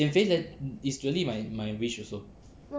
减肥 is really my my wish also